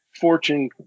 fortune